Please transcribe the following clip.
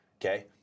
okay